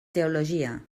teologia